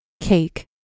Cake